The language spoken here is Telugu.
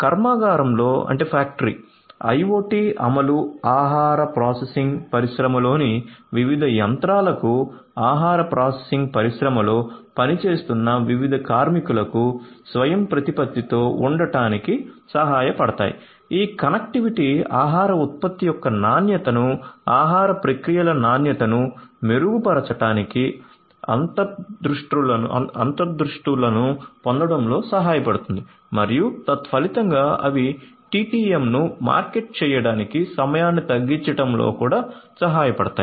కర్మాగారంలో మార్కెట్ చేయడానికి సమయాన్ని తగ్గించడంలో కూడా సహాయపడతాయి